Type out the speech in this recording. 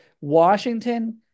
Washington